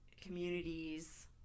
communities